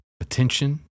attention